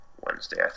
Wednesday